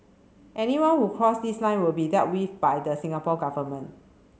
anyone who would cross this line will be dealt with by the Singapore Government